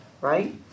right